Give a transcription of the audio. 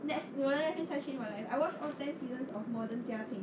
net 我的 netflix 在 change 我的 life I watch all ten seasons of modern 家庭